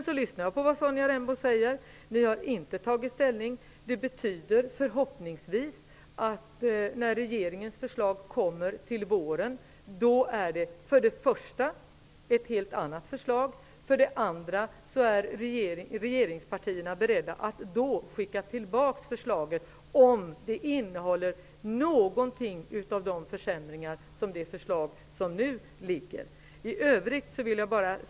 Jag lyssnar på vad Sonja Rembo säger. Ni har inte tagit ställning. Det betyder förhoppningsvis att det för det första är ett helt annat förslag som regeringen kommer med till våren och för det andra att regeringspartierna är beredda att skicka tillbaka förslaget om det innhåller någon av de försämringar som finns i det nuvarande förslaget.